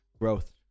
growth